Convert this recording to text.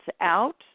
out